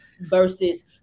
versus